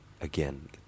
again